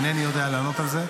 אינני יודע לענות על זה.